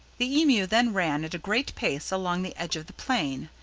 the emu then ran at a great pace along the edge of the plain,